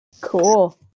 Cool